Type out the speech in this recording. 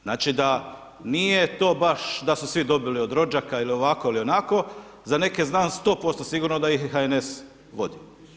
Znači da nije to baš da su svi dobili od rođaka ili ovako ili onako, za neke znam 100% sigurno da ih HNS vodi.